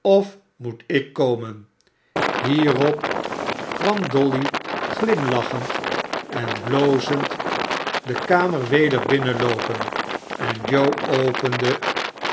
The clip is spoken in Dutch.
of moet ik komen hierop kwam dolly glimlachend en blozend de kamer weder binnenloopen en joe opende